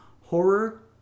Horror